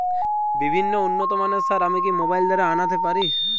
বিভিন্ন উন্নতমানের সার আমি কি মোবাইল দ্বারা আনাতে পারি?